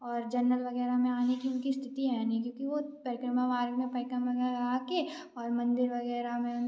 और जेनरल वगैरह में आने की उनकी स्थिति है नहीं क्योंकि वो परिक्रमा मार्ग में परिक्रमा के और मंदिर वगैरह में